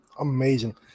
amazing